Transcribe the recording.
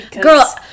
Girl